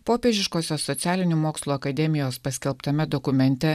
popiežiškosios socialinių mokslų akademijos paskelbtame dokumente